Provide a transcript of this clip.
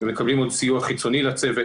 יש לנו יועץ חיצוני לצוות